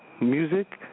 music